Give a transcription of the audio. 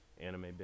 anime